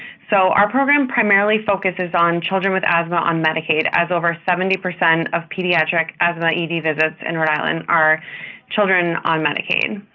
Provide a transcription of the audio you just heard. so, our program primarily focuses on children with asthma on medicaid as over seventy percent of pediatric asthma ed visits in rhode island are children on medicaid.